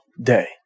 day